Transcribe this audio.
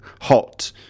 hot